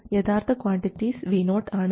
യഥാർത്ഥ quantities Vo ആണ്